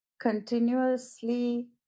continuously